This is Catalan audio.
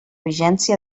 vigència